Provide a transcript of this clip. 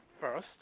first